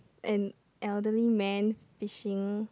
an elderly man fishing